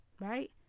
right